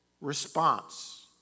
response